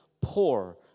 poor